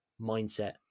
mindset